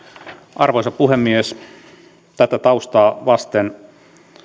arvoisa puhemies tätä taustaa vasten